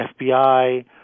FBI